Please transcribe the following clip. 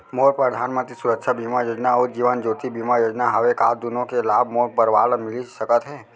मोर परधानमंतरी सुरक्षा बीमा योजना अऊ जीवन ज्योति बीमा योजना हवे, का दूनो के लाभ मोर परवार ल मिलिस सकत हे?